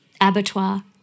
abattoir